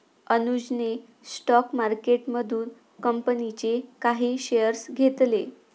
अनुजने स्टॉक मार्केटमधून कंपनीचे काही शेअर्स घेतले